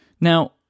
Now